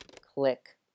Click